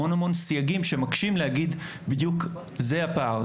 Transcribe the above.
שיש המון סייגים שמקשים להגיד בדיוק זה הפער,